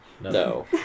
No